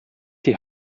die